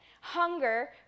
Hunger